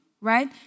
right